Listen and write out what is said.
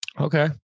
Okay